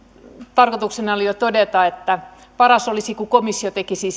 tarkoituksena oli todeta että paras olisi kun komissio tekisi